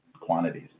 quantities